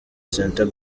center